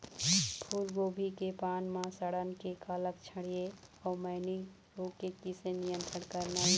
फूलगोभी के पान म सड़न के का लक्षण ये अऊ मैनी रोग के किसे नियंत्रण करना ये?